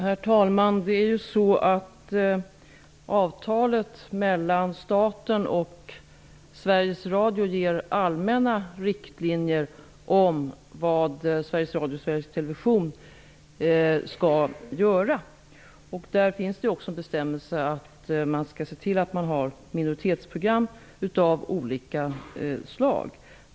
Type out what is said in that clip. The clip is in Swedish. Herr talman! Avtalet mellan staten och Sveriges Radio och Sveriges Television skall göra. Där finns det också bestämmelse att man skall se till att det finns minoritetsprogram av olika slag.